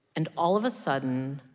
and all of a sudden,